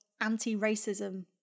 anti-racism